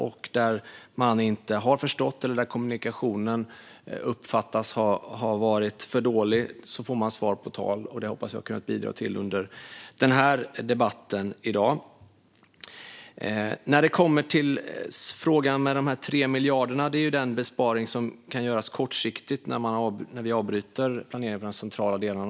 När man inte har förstått eller där kommunikationen uppfattas som för dålig kan man få svar, och det hoppas jag ha kunnat bidra till under debatten i dag. När det kommer till frågan om de 3 miljarderna är det den besparing som kan göras kortsiktigt när man avbryter de centrala delarna av planeringen.